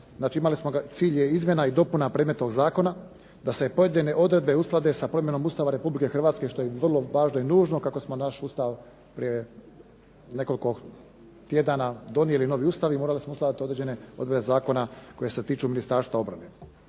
cilj je izmjena i dopuna predmetnog zakona da se pojedine odredbe usklade sa promjenom Ustava Republike Hrvatske što je vrlo važno i nužno kako smo naš Ustav prije nekoliko tjedana donijeli novi Ustav i morali smo usvajat određene odredbe zakona koje se tiču Ministarstva obrane,